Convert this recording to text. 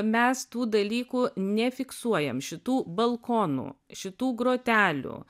mes tų dalykų nefiksuojam šitų balkonų šitų grotelių